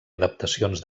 adaptacions